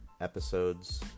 episodes